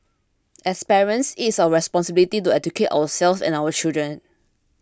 as parents it is our responsibility to educate ourselves and our children